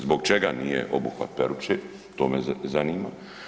Zbog čega nije obuhvat Peruče, to me zanima?